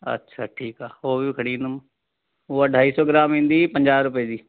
अछा ठीकु आहे उहो बि खणी ईंदुमि उहा ढाई सौ ग्राम ईंदी पंजाह रुपये जी